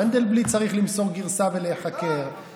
מנדלבליט צריך למסור גרסה ולהיחקר,